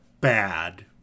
bad